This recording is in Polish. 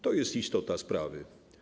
To jest istota sprawy.